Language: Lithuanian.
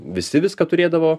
visi viską turėdavo